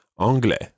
Anglais